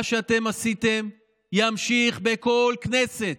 מה שאתם עשיתם ימשיך בכל כנסת,